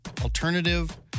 alternative